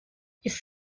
ist